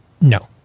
No